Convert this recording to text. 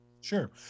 Sure